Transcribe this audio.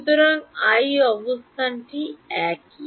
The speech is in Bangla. সুতরাং i অবস্থানটি একই